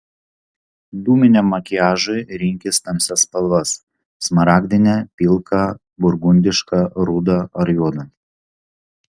dūminiam makiažui rinkis tamsias spalvas smaragdinę pilką burgundišką rudą ar juodą